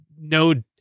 no